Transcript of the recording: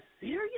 serious